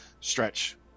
Stretch